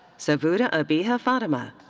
savudah abeeha fatima.